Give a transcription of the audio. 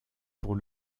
pour